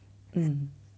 mm